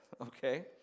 okay